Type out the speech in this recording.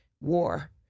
war